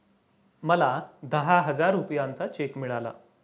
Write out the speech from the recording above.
मला दहा हजार रुपयांचा चेक मिळाला